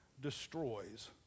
destroys